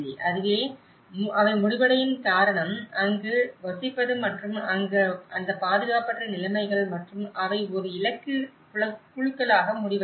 அதுவே அவை முடிவடையும் காரணம் அங்கு வசிப்பது மற்றும் அந்த பாதுகாப்பற்ற நிலைமைகள் மற்றும் அவை ஒரு இலக்கு குழுக்களாக முடிவடையும்